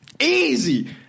Easy